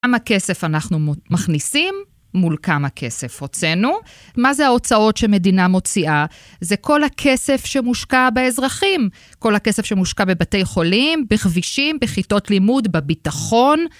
כמה כסף אנחנו מכניסים מול כמה כסף הוצאנו. מה זה ההוצאות שמדינה מוציאה? זה כל הכסף שמושקע באזרחים. כל הכסף שמושקע בבתי חולים, בכבישים, בכיתות לימוד, בביטחון.